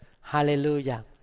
Hallelujah